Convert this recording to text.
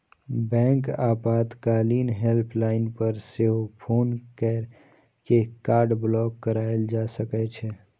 बैंकक आपातकालीन हेल्पलाइन पर सेहो फोन कैर के कार्ड ब्लॉक कराएल जा सकै छै